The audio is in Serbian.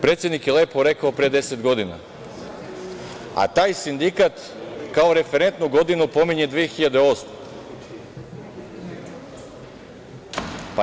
Predsednik je lepo rekao pre 10 godina, a taj sindikat kao referentnu godinu pominje 2008. godinu.